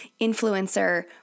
influencer